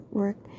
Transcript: work